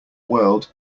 world